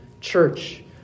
church